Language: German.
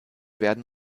werden